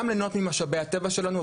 גם להנות ממשאבי הטבע שלנו,